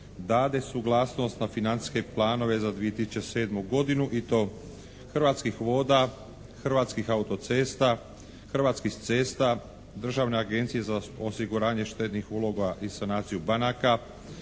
dade suglasnost na financijske planove za 2007. godinu i to hrvatskih voda, hrvatskih autocesta, hrvatskih cesta, Državne agencije za osiguranje štednih uloga i sanaciju banaka,